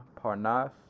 Parnas